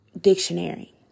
dictionary